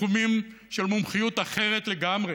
בתחומים של מומחיות אחרת לגמרי,